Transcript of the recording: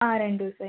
അ രണ്ട് ദിവസമായി